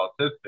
autistic